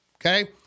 okay